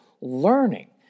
learning